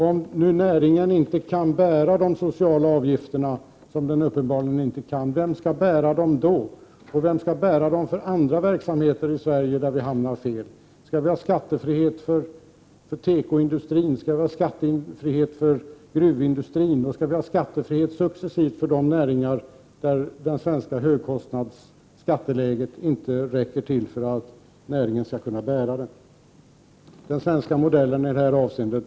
Om näringen inte kan bära de sociala avgifterna — vilket den uppenbarligen inte kan — vem skall då bära dem? Vem skall bära dem för andra verksamheter i Sverige där vi hamnar fel? Skall vi ha skattefrihet för tekoindustrin och gruvindustrin? Skall vi successivt ha skattefrihet för de näringar där det svenska högkostnadsoch högskatteläget inte räcker till för att näringen skall kunna bära avgifterna? Den svenska modellen håller inte i detta avseende.